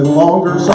longer